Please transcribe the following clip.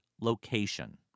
location